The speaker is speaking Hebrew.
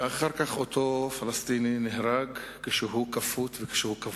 ואחר כך אותו פלסטיני נהרג כשהוא כפות וכשהוא כבול.